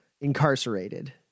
incarcerated